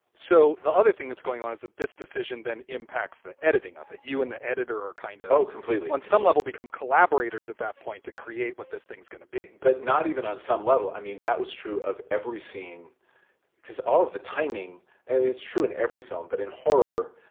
so the other thing that's going on is that this decision then impacts the editing of it. you and the editor are kind of, oh, completely on some level, become collaborators at that point to create what this thing's going to be, but not even on some level i mean, that was true of every scene because all of the timing and it's true in every film, but in horror,